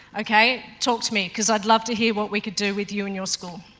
okay, talk to me because i'd love to hear what we could do with you and your school.